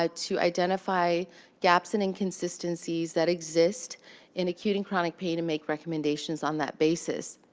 ah to identify gaps and inconsistencies that exist in acute and chronic pain and make recommendations on that basis.